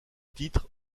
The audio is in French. titres